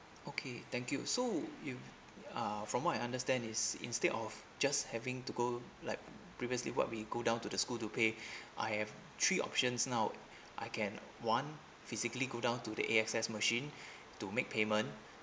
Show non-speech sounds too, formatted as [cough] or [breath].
okay thank you so you uh from what I understand is instead of just having to go like previously what we go down to the school to pay [breath] I have three options now [breath] I can one physically go down to the A_X_S machine [breath] to make payment